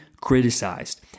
criticized